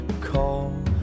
call